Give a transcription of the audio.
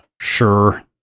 Sure